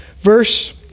Verse